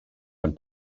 been